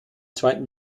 zweiten